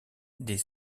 des